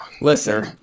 Listen